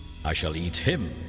i shall eat him.